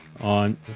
on